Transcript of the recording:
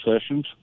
sessions